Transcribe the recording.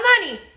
money